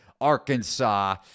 Arkansas